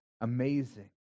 amazing